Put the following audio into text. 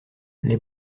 les